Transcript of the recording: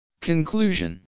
Conclusion